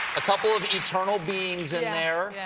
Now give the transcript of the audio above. a couple of eternal beings in there.